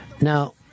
Now